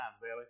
Billy